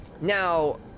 Now –